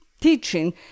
teaching